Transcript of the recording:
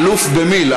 האלוף במיל.,